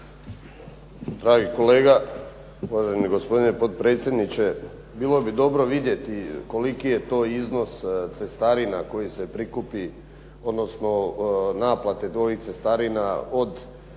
Dragi kolega, uvaženi gospodine potpredsjedniče, bilo bi dobro vidjeti koliki je to iznos cestarina koji se prikupi, odnosno naplate cestarina od registracija